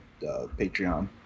Patreon